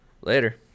later